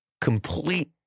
complete